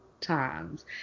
times